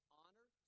honor